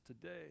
today